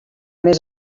més